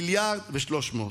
1.3 מיליארד.